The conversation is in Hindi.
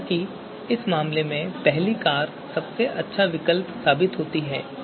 हालांकि इस मामले में पहली कार सबसे अच्छा विकल्प साबित होती है